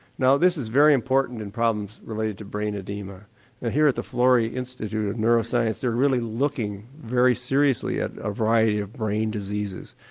now this is very important in problems related to brain oedema and here at the florey institute of neuroscience they're really looking very seriously at a variety of brain diseases.